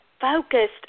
focused